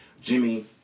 Jimmy